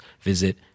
visit